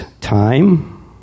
time